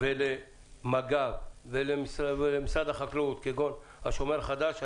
ולמג"ב ולמשרד החקלאות, כגון השומר החדש.